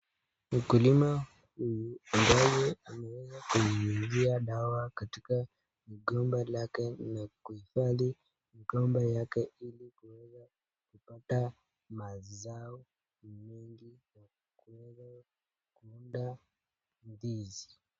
Mkulima huyu ambaye ameweza kunyunyizia dawa katika mgomba lake na kuhifadhi mgomba yake ili kuweza kupata mazao mengi na kuweza kuunda ndizi.